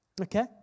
Okay